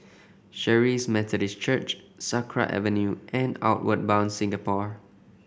Charis Methodist Church Sakra Avenue and Outward Bound Singapore